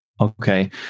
Okay